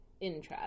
interest